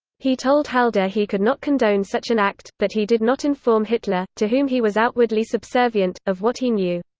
he told halder he could not condone such an act, but he did not inform hitler, to whom he was outwardly subservient, of what he knew.